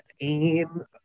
aim